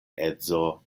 edzo